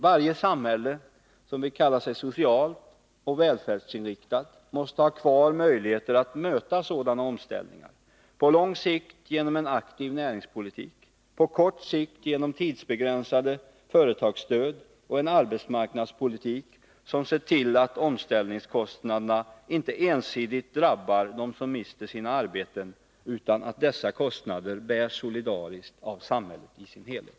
Varje samhälle som vill kalla sig socialt och välfärdsinriktat måste ha kvar möjligheter att möta sådana omställningar — på lång sikt genom en aktiv näringspolitik, på kort sikt genom tidsbegränsade företagsstöd och en arbetsmarknadspolitik som ser till att omställningskostnaderna inte ensidigt drabbar dem som mister sina arbeten, utan att dessa kostnader bärs solidariskt av samhället i dess helhet.